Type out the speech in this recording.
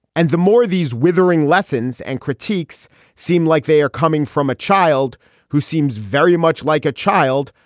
and the more these withering lessons and critiques seem like they are coming from a child who seems very much like a child.